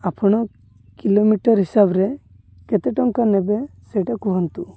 ଆପଣ କିଲୋମିଟର ହିସାବରେ କେତେ ଟଙ୍କା ନେବେ ସେଇଟା କୁହନ୍ତୁ